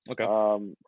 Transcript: Okay